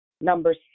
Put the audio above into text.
Number